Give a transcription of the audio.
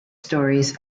stories